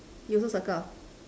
you also circle